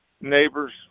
Neighbors